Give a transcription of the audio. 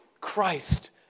Christ